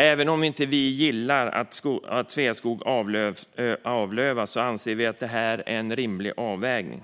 Även om vi inte gillar att Sveaskog avlövas anser vi att det här är en rimlig avvägning.